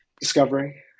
Discovery